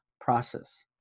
process